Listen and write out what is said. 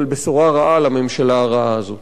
אבל בשורה רעה לממשלה הרעה הזו.